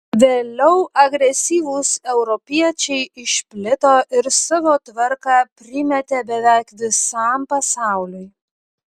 vėliau agresyvūs europiečiai išplito ir savo tvarką primetė beveik visam pasauliui